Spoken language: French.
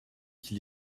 qui